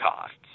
costs